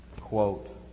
quote